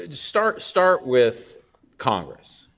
ah start start with congress.